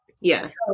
Yes